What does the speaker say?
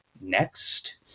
next